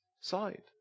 side